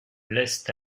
laissent